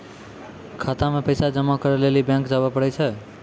खाता मे पैसा जमा करै लेली बैंक जावै परै छै